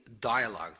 dialogue